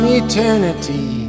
eternity